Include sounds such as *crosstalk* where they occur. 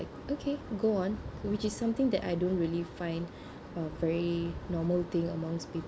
okay go on which is something that I don't really find *breath* uh very normal thing among people